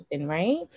right